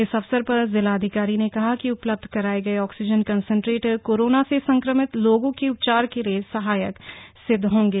इस अवसर पर जिलाधिकारी ने कहा कि उपलब्ध कराये गये आक्सीजन कन्संट्रेटर कोरोना से संक्रमित व्यक्तियों के उपचार के लिए सहायक सिद्ध होंगे